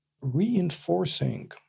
reinforcing